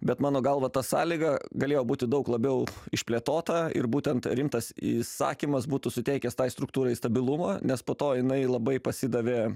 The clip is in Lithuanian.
bet mano galva ta sąlyga galėjo būti daug labiau išplėtota ir būtent rimtas įsakymas būtų suteikęs tai struktūrai stabilumo nes po to jinai labai pasidavė